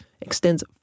extends